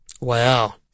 Wow